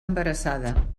embarassada